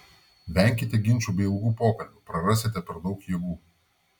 venkite ginčų bei ilgų pokalbių prarasite per daug jėgų